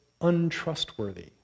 untrustworthy